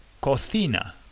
Cocina